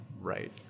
right